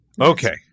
Okay